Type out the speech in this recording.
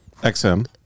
XM